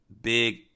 big